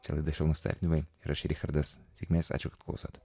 čia laida švelnūs tardymai ir aš richardas sėkmės ačiū kad klausot